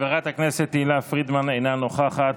חברת הכנסת תהלה פרידמן, אינה נוכחת,